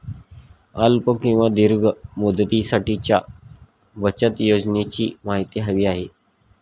अल्प किंवा दीर्घ मुदतीसाठीच्या बचत योजनेची माहिती हवी आहे